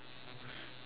that's all